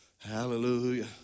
Hallelujah